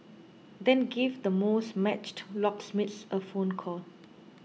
then give the most matched locksmiths a phone call